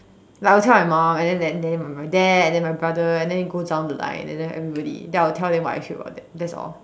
like I would tell my mum and then then my dad and then my brother and then it goes down the line and then everybody then I will tell them what I feel about them that's all